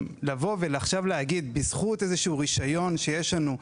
אין שום היגיון מסדר בלבוא ולהגיד: "בזכות איזה שהוא רישיון שיש לנו,